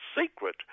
secret